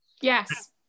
yes